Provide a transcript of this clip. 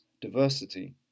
diversity